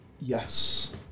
Yes